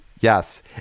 Yes